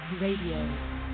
Radio